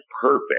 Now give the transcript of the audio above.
perfect